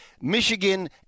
Michigan